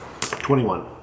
Twenty-one